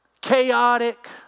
chaotic